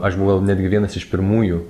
aš buvau gal netgi vienas iš pirmųjų